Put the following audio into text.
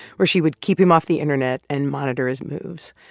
where she would keep him off the internet and monitor his moves.